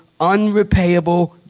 unrepayable